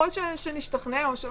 יכול להיות שנשתכנע או שלא,